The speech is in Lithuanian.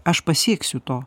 aš pasieksiu to